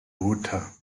water